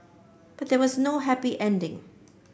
but there was no happy ending